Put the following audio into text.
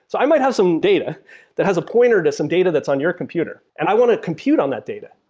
so i might have some data that has a pointer to some data that's on your computer and i want to compute on that date.